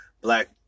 black